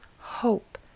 hope